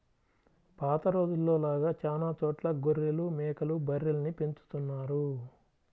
పాత రోజుల్లో లాగా చానా చోట్ల గొర్రెలు, మేకలు, బర్రెల్ని పెంచుతున్నారు